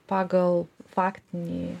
pagal faktinį